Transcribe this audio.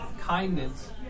kindness